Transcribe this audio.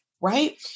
right